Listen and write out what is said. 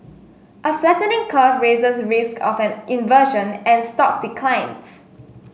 a flattening curve raises risk of an inversion and stock declines